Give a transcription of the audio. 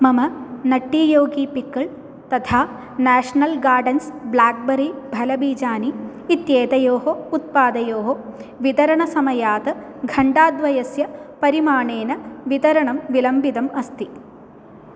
मम Nutty Yogi pickle तथा National Gardens blackberry फलबीजानि इत्येतयोः उत्पादयोः वितरणसमयात् घण्टाद्वयस्य परिमाणेन वितरणं विलम्बितम् अस्ति